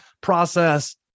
process